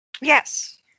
Yes